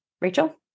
Rachel